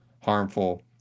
harmful